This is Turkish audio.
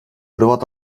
hırvat